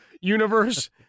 universe